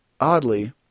oddly